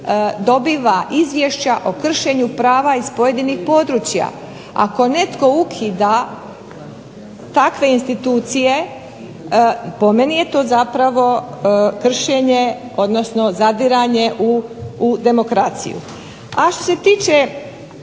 dobiva izvješća o kršenju prava iz pojedinih područja. Ako netko ukida takve institucije po meni je to zapravo kršenje, odnosno zadiranje u demokraciju. A što se tiče